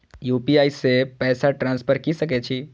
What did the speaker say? UPI से पैसा transfer की सके छी?